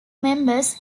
members